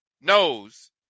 knows